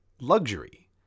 luxury